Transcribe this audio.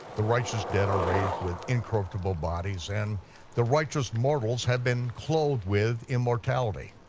the righteous dead are raised with incorruptible bodies, and the righteous mortals have been clothed with immortality.